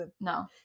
No